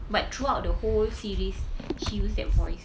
but throughout the whole series she use that voice